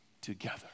together